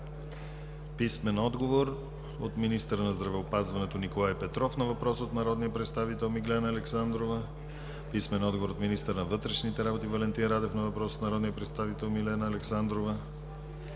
Александрова; - министъра на здравеопазването Николай Петров на въпрос от народния представител Миглена Александрова; - министъра на вътрешните работи Валентин Радев на въпрос от народния представител Милена Александрова;